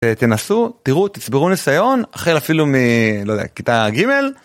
תנסו תראו תצברו נסיון, החל אפילו מ... לא יודע, כיתה ג'